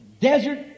desert